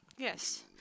Yes